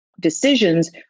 decisions